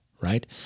right